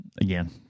Again